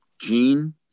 Gene